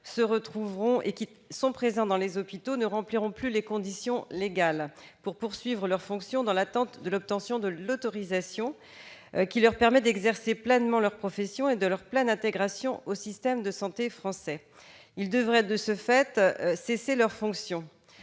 hors Union européenne présents dans les hôpitaux ne rempliront plus les conditions légales pour poursuivre leurs fonctions dans l'attente de l'obtention de l'autorisation d'exercer pleinement leur profession et de leur pleine intégration au système de santé français. Ils devraient de ce fait cesser leurs fonctions.